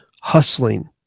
hustling